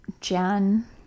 Jan